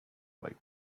like